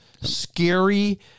scary